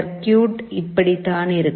circuit இப்படிதான் இருக்கும்